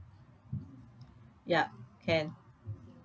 yup can